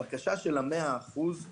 הבקשה של ה-100 אחוזים